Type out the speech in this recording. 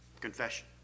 Confession